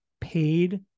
paid